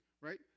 right